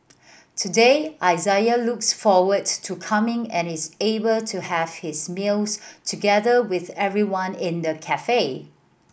today Isaiah looks forwards to coming and is able to have his meals together with everyone in the cafe